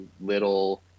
little